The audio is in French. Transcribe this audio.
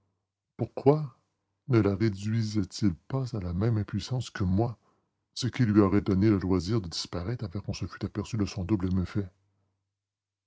pourquoi ne la réduisait il pas à la même impuissance que moi ce qui lui aurait donné le loisir de disparaître avant qu'on se fût aperçu de son double méfait